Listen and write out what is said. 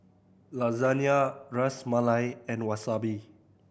Lasagna Ras Malai and Wasabi